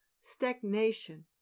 stagnation